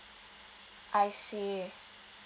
I see